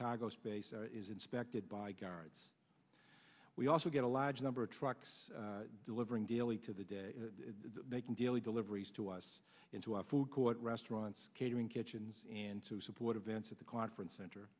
congo space is inspected by guards we also get a large number of trucks delivering daily to the day they can daily deliveries to us into our food court restaurants catering kitchens and to support events at the conference center